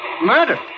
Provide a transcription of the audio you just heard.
Murder